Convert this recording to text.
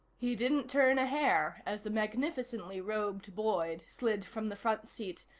he didn't turn a hair as the magnificently robed boyd slid from the front seat,